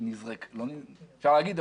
אפשר לומר,